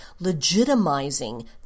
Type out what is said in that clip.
legitimizing